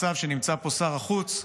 שנמצא פה שר החוץ,